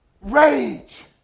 Rage